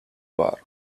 bar